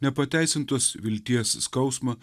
nepateisintos vilties skausmą